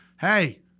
hey